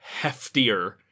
heftier